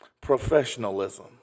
professionalism